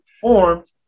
formed